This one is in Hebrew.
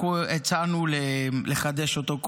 אנחנו הצענו לחדש אותו.